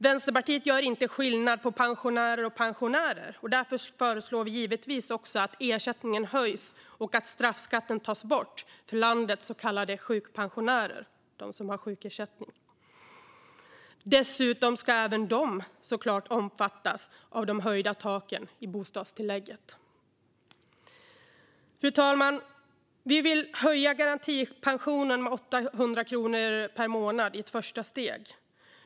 Vänsterpartiet gör inte skillnad på pensionärer och pensionärer, och därför föreslår vi givetvis också att ersättningen höjs och att straffskatten tas bort för landets så kallade sjukpensionärer, alltså de som har sjukersättning. Dessutom ska även de såklart omfattas av det höjda taket i bostadstillägget. Fru talman! Vi vill höja garantipensionen med 800 kronor per månad i ett första steg.